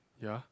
ya